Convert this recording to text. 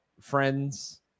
friends